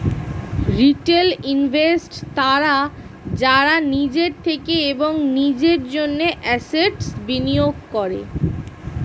retail investors তারা যারা নিজের থেকে এবং নিজের জন্য অ্যাসেট্স্ বিনিয়োগ করে